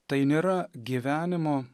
tai nėra gyvenimo